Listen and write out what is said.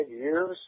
years